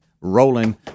rolling